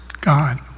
God